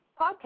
podcast